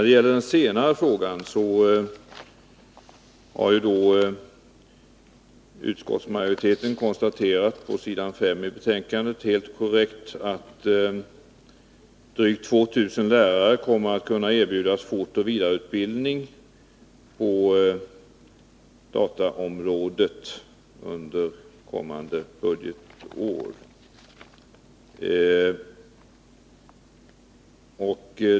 Beträffande den senare frågan har utskottsmajoriteten helt korrekt konstaterat, på s. 5 i betänkandet, att drygt 2 000 lärare kommer att kunna erbjudas fortoch vidareutbildning på dataområdet under kommande budgetår.